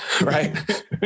right